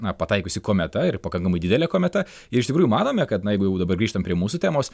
na pataikiusi kometa ir pakankamai didelė kometa ir iš tikrųjų manome kad na jeigu jau dabar grįžtam prie mūsų temos